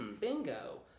bingo